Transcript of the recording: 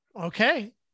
Okay